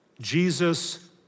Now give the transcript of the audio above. Jesus